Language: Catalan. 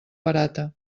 barata